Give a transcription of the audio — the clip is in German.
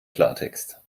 klartext